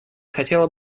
хотела